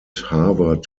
harvard